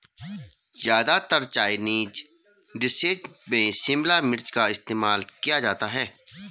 ज्यादातर Chinese dishes में शिमला मिर्च का इस्तेमाल किया जाता है